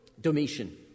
Domitian